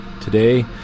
Today